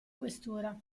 questura